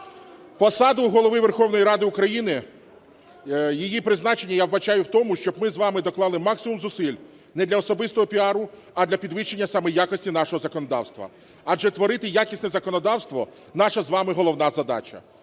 Посаду Голови Верховної Ради України, її призначення я вбачаю в тому, щоб ми з вами доклали максимум зусиль не для особистого піару, а для підвищення саме якості нашого законодавства. Адже творити якісне законодавство – наша з вами головна задача.